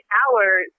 hours